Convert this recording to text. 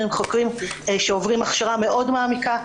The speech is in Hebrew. הם חוקרים שעוברים הכשרה מאוד מעמיקה.